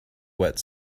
wet